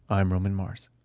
i'm roman mars